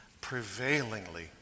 prevailingly